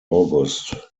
august